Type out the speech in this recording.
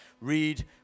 read